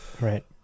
Right